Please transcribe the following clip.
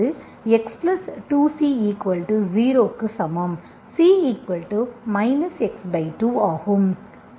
C x2ஆகும்